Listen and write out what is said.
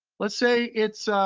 let's say it's